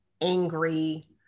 angry